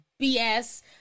BS